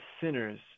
sinners